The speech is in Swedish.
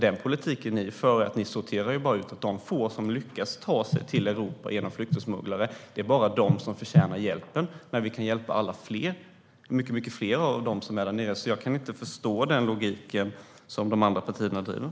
Den politik ni för innebär att ni sorterar ut de få som lyckas ta sig till Europa genom flyktingsmugglare. Det är bara de som förtjänar hjälpen, verkar ni tycka. Men vi kan hjälpa många fler som finns där nere, så jag kan inte förstå logiken i den politik som de andra partierna bedriver.